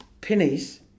pennies